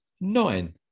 nine